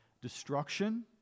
Destruction